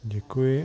Děkuji.